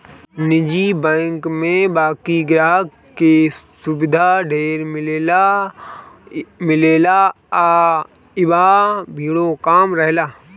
निजी बैंक में बाकि ग्राहक के सुविधा ढेर मिलेला आ इहवा भीड़ो कम रहेला